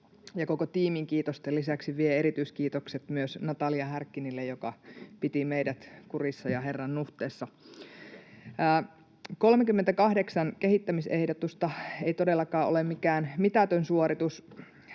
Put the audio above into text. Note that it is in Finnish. koko tiimin kiitosten lisäksi vie erityiskiitokset myös Natalia Härkinille, joka piti meidät kurissa ja Herran nuhteessa. [Oikealta: Hyvä!] 38 kehittämisehdotusta ei todellakaan ole mikään mitätön suoritus,